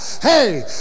Hey